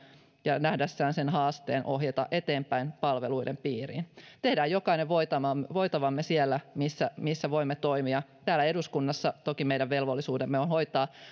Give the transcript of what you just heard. ja nähdessään sen haasteen ohjata eteenpäin palveluiden piiriin tehdään jokainen voitavamme voitavamme siellä missä missä voimme toimia täällä eduskunnassa toki meidän velvollisuutemme on hoitaa